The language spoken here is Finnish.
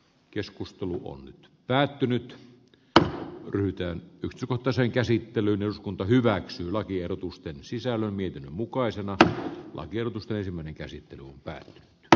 keskustelu riittää se että totean edellisen keskustelun aikana niiden argumenttien tulleen jo esille